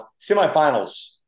semifinals